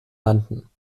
landen